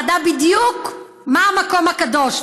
ידע בדיוק מה המקום הקדוש,